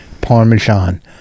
parmesan